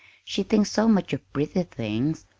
she thinks so much of pretty things.